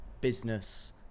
business